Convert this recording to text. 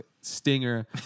stinger